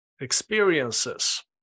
experiences